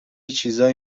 چیزایی